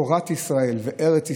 תורת ישראל וארץ ישראל,